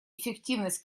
эффективность